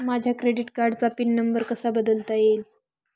माझ्या क्रेडिट कार्डचा pin number कसा बदलता येईल?